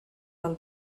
del